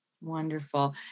Wonderful